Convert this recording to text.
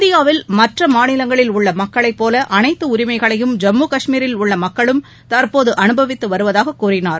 இந்தியாவில் மற்ற மாநிலங்களில் உள்ள மக்களைப்போல அனைத்து உரிமைகளையும் ஜம்மு காஷ்மீரில் உள்ள மக்களும் தற்போது அனுபவித்து வருவதாக கூறினார்